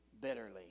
bitterly